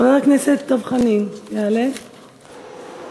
חבר הכנסת דב חנין יעלה ויבוא,